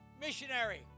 Missionary